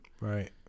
right